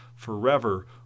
forever